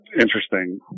interesting